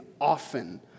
often